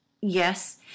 yes